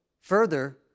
further